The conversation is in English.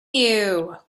you